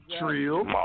Trill